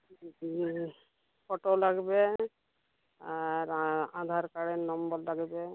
photo লাগবে আর আধার কার্ডের নম্বর লাগবে